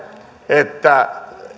että